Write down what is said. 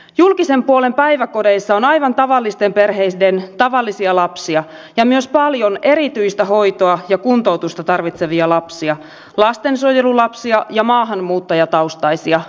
julkisen puolen päiväkodeissa on aivan tavallisten perheiden tavallisia lapsia ja myös paljon erityistä hoitoa ja kuntoutusta tarvitsevia lapsia lastensuojelulapsia ja maahanmuuttajataustaisia lapsia